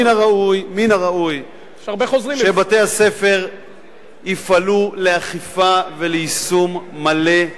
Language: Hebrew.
מן הראוי שבתי-הספר יפעלו לאכיפה וליישום מלא,